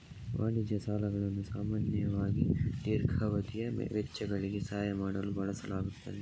ವಾಣಿಜ್ಯ ಸಾಲಗಳನ್ನು ಸಾಮಾನ್ಯವಾಗಿ ದೀರ್ಘಾವಧಿಯ ವೆಚ್ಚಗಳಿಗೆ ಸಹಾಯ ಮಾಡಲು ಬಳಸಲಾಗುತ್ತದೆ